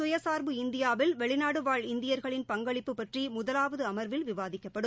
சுயசா்பு இந்தியாவில் வெளிநாடுவாழ் இந்தியா்களின் பங்களிப்பு பற்றி முதலாவது அமா்வில் விவாதிக்கப்படும்